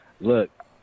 Look